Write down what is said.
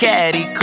Caddy